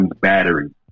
battery